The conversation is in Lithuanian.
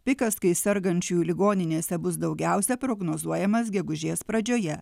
pikas kai sergančiųjų ligoninėse bus daugiausia prognozuojamas gegužės pradžioje